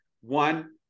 One